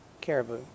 Caribou